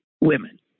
Women